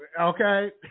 Okay